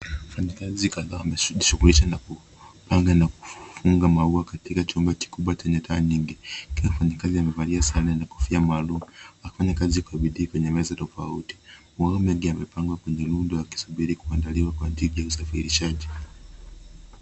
Wafanyakazi kadhaa wamejishughulisha na kupanga na kufunga maua katika chumba kikubwa chenye taa nyingi. Kila mfanyakazi amevalia sare na kofia maalum. Wanafanya kazi kwa bidii kwenye meza tofauti. Maua mengi yamepangwa kwenye rundo yakisubiri kuandaliwa kwa ajili ya usafirisaji.